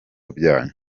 byanyu